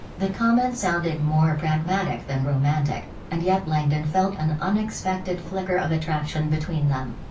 the comment sounded more pragmatic than romantic, and yet langdon felt an unexpected flicker of attraction between them.